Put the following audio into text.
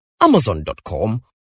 amazon.com